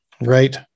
right